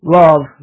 love